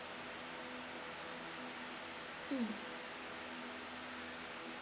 mm